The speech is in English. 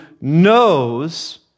knows